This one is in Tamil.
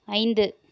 ஐந்து